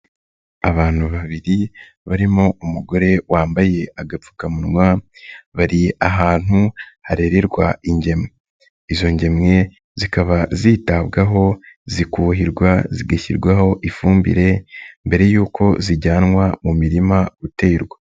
Abantu babiri barimo umugore wambaye agapfukamunwa bari ahantu harererwa ingemwe, izo ngemwe zikaba zitabwaho zikuhirwa, zigashyirwaho ifumbire mbere y'uko zijyanwa mu mirima guterwa.